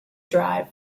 drive